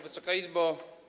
Wysoka Izbo!